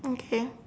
okay